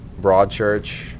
Broadchurch